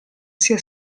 sia